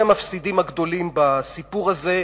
מי המפסידים הגדולים בסיפור הזה?